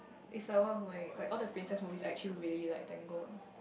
it like one where like all the princess movies are actually like Tangled